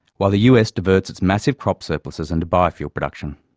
while the us diverts its massive crop surpluses into bio-fuel production.